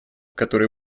который